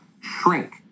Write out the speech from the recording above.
shrink